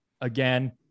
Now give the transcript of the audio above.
Again